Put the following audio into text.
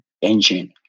engine